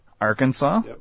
Arkansas